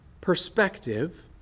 perspective